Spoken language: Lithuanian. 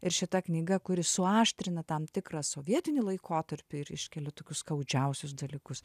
ir šita knyga kuri suaštrina tam tikrą sovietinį laikotarpį ir iškelia tokius skaudžiausius dalykus